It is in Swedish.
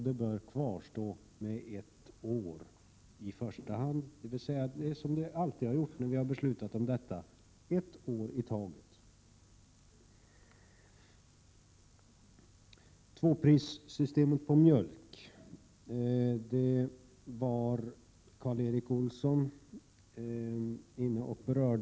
Det bör kvarstå i första hand i ett år, som det alltid gjort när vi fattat beslut om detta — ett år i taget. Karl Erik Olsson berörde tvåprissystemet på mjölk.